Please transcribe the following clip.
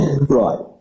Right